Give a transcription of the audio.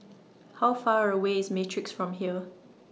How Far away IS Matrix from here